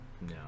No